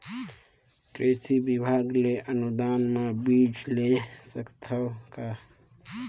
कृषि विभाग ले अनुदान म बीजा ले सकथव का?